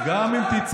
גם אם תצעק,